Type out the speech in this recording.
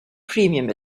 premium